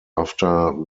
after